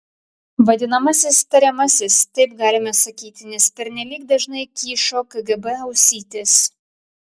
vadinamasis tariamasis taip galime sakyti nes pernelyg dažnai kyšo kgb ausytės